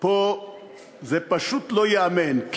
פה זה פשוט לא ייאמן,